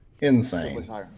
Insane